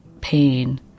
pain